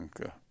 Okay